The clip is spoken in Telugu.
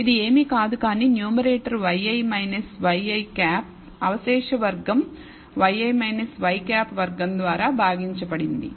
ఇది ఏమీ కాదు కానీ న్యూమరేటర్ yi ŷi అవశేష వర్గం yi y̅ వర్గం ద్వారా భాగించబడినది